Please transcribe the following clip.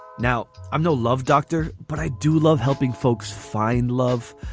now i'm no love doctor but i do love helping folks find love.